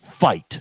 fight